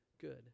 good